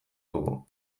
dugu